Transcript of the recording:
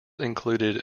included